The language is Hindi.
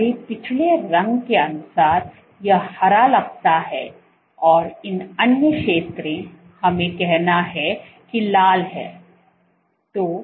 तो हमारे पिछले रंग के अनुसार यह हरा लगता है और इन अंय क्षेत्रों हमें कहना है कि लाल हैं